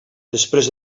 després